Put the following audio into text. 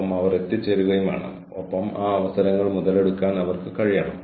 T ക്ക് പകരം മറ്റൊരു സംഘടനയായിരിക്കാം അത് ചെയ്യുന്നത്